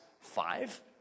Five